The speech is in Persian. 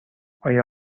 آیا